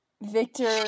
Victor